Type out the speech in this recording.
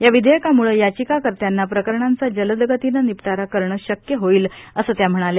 या विधेयकामुळे याचिकाककर्त्याना प्रकरणांचा जलद गतीनं निपटारा करणं शक्य होईल असं त्या म्हणाल्या